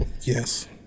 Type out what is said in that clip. Yes